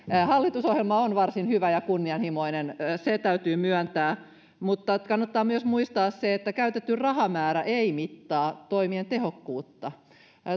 hallitusohjelma on varsin hyvä ja kunnianhimoinen se täytyy myöntää mutta kannattaa myös muistaa se että käytetty rahamäärä ei mittaa toimien tehokkuutta